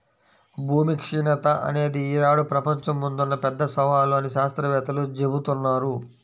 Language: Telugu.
భూమి క్షీణత అనేది ఈనాడు ప్రపంచం ముందున్న పెద్ద సవాలు అని శాత్రవేత్తలు జెబుతున్నారు